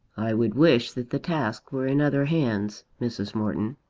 i would wish that the task were in other hands, mrs. morton.